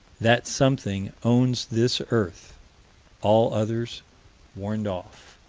that something owns this earth all others warned off.